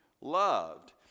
loved